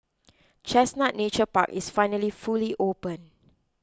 Chestnut Nature Park is finally fully open